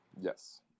yes